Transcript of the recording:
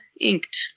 inked